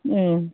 ओम